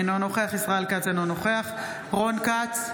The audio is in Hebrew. אינו נוכח ישראל כץ, אינו נוכח רון כץ,